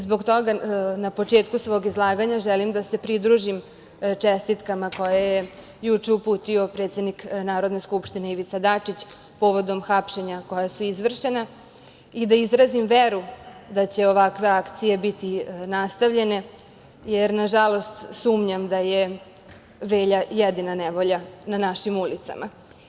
Zbog toga, na početku svog izlaganja želim da se pridružim o čestitkama koje je juče uputio predsednik Narodne skupštine, Ivica Dačić, povodom hapšenja koja su izvršena i da izrazim veru da će ovakve akcije biti nastavljene, jer nažalost, sumnjam da je Velja jedina nevolja na našim ulicama.